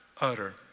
utter